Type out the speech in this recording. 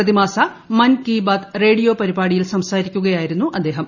പ്രതിമാസ മൻ കി ബാത്ത് റേഡിയോ പരിപാടിയിൽ സംസാരിക്കുകയായിരുന്നു അദ്ദേഹം